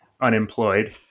unemployed